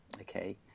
okay